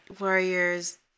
Warriors